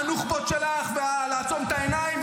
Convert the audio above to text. את עם הנוח'בות שלך ולעצום את העיניים,